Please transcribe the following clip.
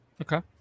Okay